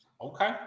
okay